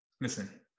Listen